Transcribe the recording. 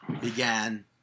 began